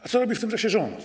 A co robi w tym czasie rząd?